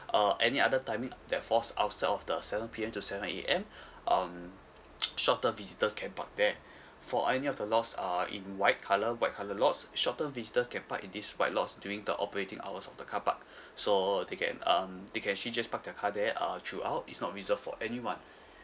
uh any other timing that falls outside of the seven P_M to seven A_M um short term visitors can park there for any of the lots uh in white colour white colour lots short term visitors can park in these white lots during the operating hours of the car park so they can um they can actually just park their car there uh throughout it's not reserved for anyone